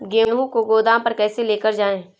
गेहूँ को गोदाम पर कैसे लेकर जाएँ?